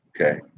okay